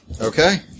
Okay